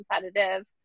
competitive